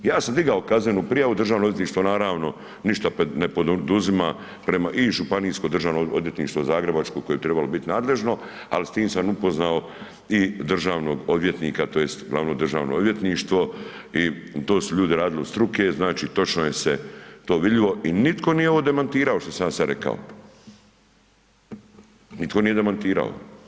Ja sam digao kaznenu prijavu, državno odvjetništvo naravno ništa ne poduzima prema i Županijsko državno odvjetništvo zagrebačko koje bi trebalo bit nadležno, al s tim sam upoznao i državnog odvjetnika tj. glavno državno odvjetništvo i to su ljudi radili od struke, znači, točno je se to vidjelo i nitko nije ovo demantirao ovo što sam ja sad rekao, nitko nije demantirao.